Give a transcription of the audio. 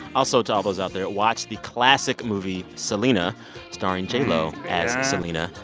also to all those out there, watch the classic movie selena starring j-lo as selena.